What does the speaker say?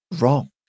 wrong